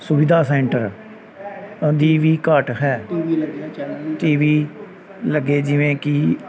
ਸੁਵਿਧਾ ਸੈਂਟਰ ਦੀ ਵੀ ਘਾਟ ਹੈ ਟੀ ਵੀ ਲੱਗੇ ਜਿਵੇਂ ਕਿ